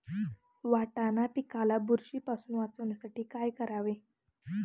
वाटाणा पिकाला बुरशीपासून वाचवण्यासाठी काय करावे?